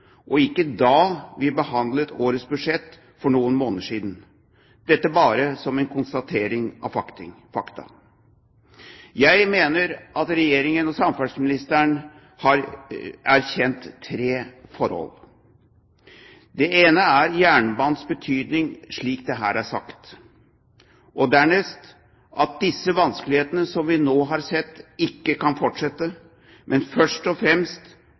og ikke da vi behandlet årets budsjett for noen måneder siden – dette bare som en konstatering av fakta. Jeg mener at Regjeringen og samferdselsministeren har erkjent tre forhold. Det ene er jernbanens betydning slik det her er sagt, dernest at disse vanskelighetene som vi nå har sett, ikke kan fortsette, men først og fremst